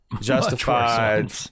justified